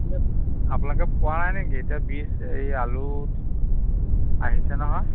আপোনালোকে পোৱা নাই নেকি এতিয়া বীজ এই আলু আহিছে নহয়